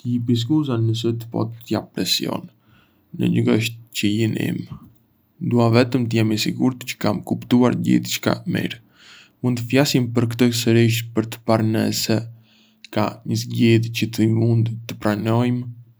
Të lîpënj skusa nëse të po të jap presion, ngë është çëllimi im. Dua vetëm të jem i sigurt çë kam kuptuar gjithçka mirë. Mund të flasim për këtë sërish për të parë nëse ka një zgjidhje çë të dy mund të pranojmë?